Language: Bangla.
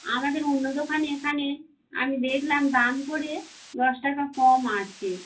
আমাদের অন্য দোকানে এখানে আমি দেখলাম দাম করে দশ টাকা কম আছে